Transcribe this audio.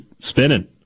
spinning